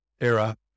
era